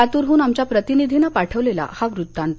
लातूरहून आमच्या प्रतिनिधीनं पाठवलला हा वृत्तांत